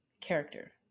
character